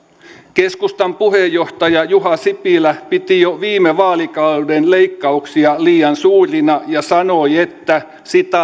keskustan puheenjohtaja juha sipilä piti jo viime vaalikauden leikkauksia liian suurina ja sanoi että